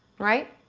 right?